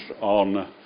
on